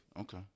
Okay